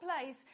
place